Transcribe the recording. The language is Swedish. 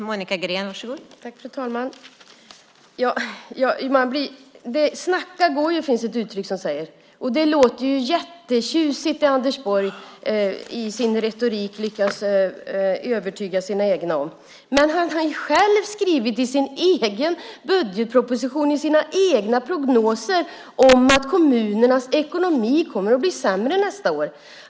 Fru talman! Snacka går ju, finns det ett uttryck som säger. Det låter jättetjusigt med det som Anders Borg lyckas övertyga sina egna om i sin retorik. Men han har själv skrivit i sin egen budgetproposition och i sina egna prognoser att kommunernas ekonomi kommer att bli sämre nästa år.